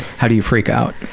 how do you freak out?